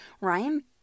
Ryan